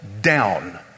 down